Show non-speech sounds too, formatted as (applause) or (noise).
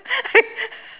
(laughs)